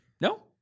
No